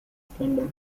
scandal